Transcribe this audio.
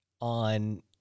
on